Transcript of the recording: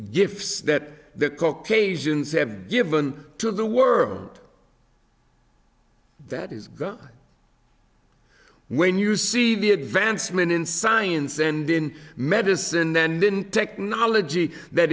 gifts that the caucasians have given to the world that is god when you see the advancement in science and in medicine then technology that